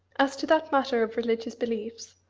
as to that matter of religious beliefs,